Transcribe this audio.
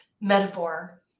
metaphor